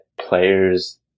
players